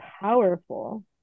powerful